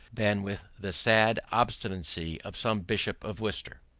than with the sad obstinacy of some bishop of worcester?